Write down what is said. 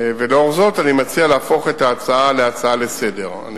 ולאור זאת אני מציע להפוך את ההצעה להצעה לסדר-היום.